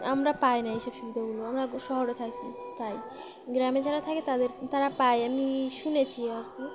আমরা পাই না এইসব সুবিধাগুলো আমরা শহরে থাকি তাই গ্রামে যারা থাকে তাদের তারা পায় আমি শুনেছি আর কি